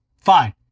fine